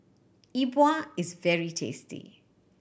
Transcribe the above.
E Bua is very tasty